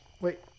Wait